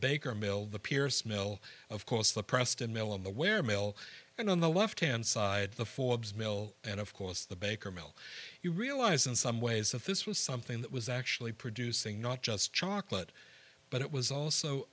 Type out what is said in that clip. baker mill the pierce mill of course the preston mill and the where mill and on the left hand side the forbes mill and of course the baker mill you realize in some ways that this was something that was actually producing not just chocolate but it was also